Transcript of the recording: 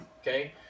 Okay